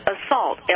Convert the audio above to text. Assault